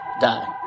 die